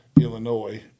Illinois